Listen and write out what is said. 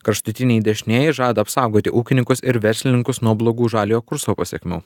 kraštutiniai dešinieji žada apsaugoti ūkininkus ir verslininkus nuo blogų žaliojo kurso pasekmių